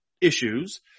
issues